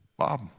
Bob